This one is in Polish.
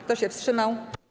Kto się wstrzymał?